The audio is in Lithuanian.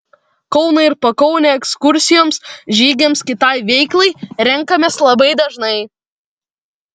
kauną ir pakaunę ekskursijoms žygiams kitai veiklai renkamės labai dažnai